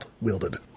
wielded